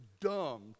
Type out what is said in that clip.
dumb